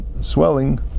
swelling